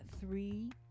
three